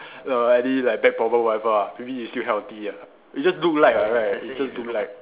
your any like back problem whatever ah maybe you still healthy ah you just look like [what] right you just look like